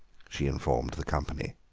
she informed the company.